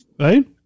right